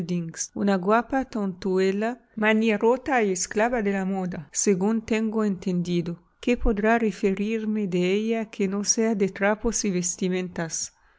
guapa tontuela manirrota y esclava de la moda según tengo entendido qué podrá referirme de ella que no sea de trapos y vestimentas